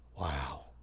Wow